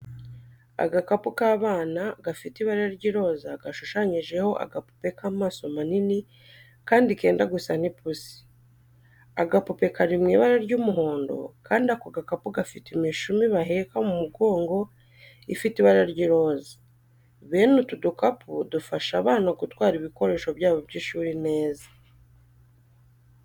Agakapu k'abana gafite ibara ry'iroza gashushanijeho agapupe k'amaso manini kandi kenda gusa n'ipusi. Agapupe kari mu ibara ry'umuhondo kandi ako gakapu gafite imishumi baheka mu mugongo ifite ibara ry'iroza. Bene utu dukapu dufasha abana gutwara ibikoresho byabo by'ishuri neza.